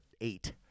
eight